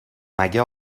مگه